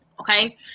Okay